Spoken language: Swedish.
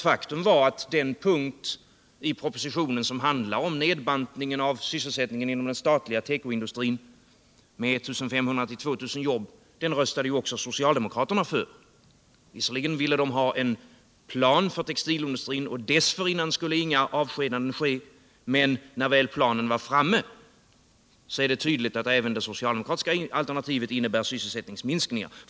Faktum var att den punkt i propositionen som handlade om nedbantning av sysselsättningen inom den statliga tekoindustrin med 1 500-2 000 jobb röstade också socialdemokraterna för. Visserligen ville de ha en plan för textilindustrin — dessförinnan skulle inga avskedanden äga rum — men när väl planen var framme är det tydligt att även det socialdemokratiska alternativet innebar sysselsättningsminskningar.